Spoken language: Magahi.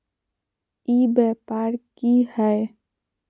ई व्यापार की हाय?